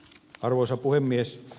arvoisa puhemies